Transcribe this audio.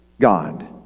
God